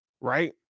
right